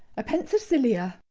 a penthesilea.